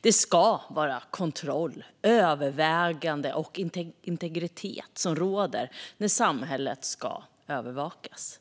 Det ska vara kontroll, övervägande och integritet som råder när samhället ska övervakas.